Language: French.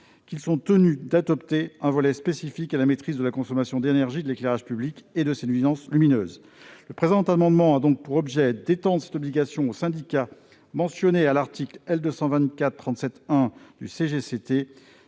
qu'ils sont tenus d'adopter, un volet spécifique à la maîtrise de la consommation d'énergie de l'éclairage public et de ses nuisances lumineuses. Le présent amendement a donc pour objet d'étendre cette obligation aux syndicats mentionnés à l'article L. 2224-37-1 du code